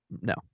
no